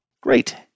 Great